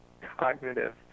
cognitive